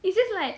it's just like